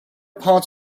part